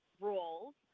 roles